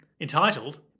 entitled